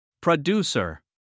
Producer